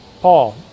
Paul